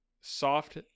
soft